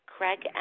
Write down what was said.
Craig